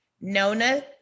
Nona